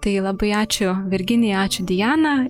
tai labai ačiū virginija ačiū diana